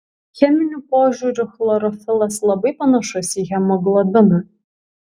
cheminiu požiūriu chlorofilas labai panašus į hemoglobiną